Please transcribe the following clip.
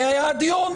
זה היה הדיון.